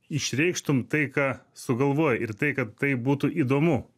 išreikštum tai ką sugalvojai ir tai kad tai būtų įdomu